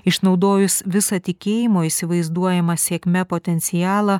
išnaudojus visą tikėjimo įsivaizduojamą sėkme potencialą